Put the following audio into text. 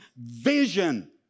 Vision